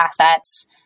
assets